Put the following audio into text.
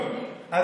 השרה מתביישת,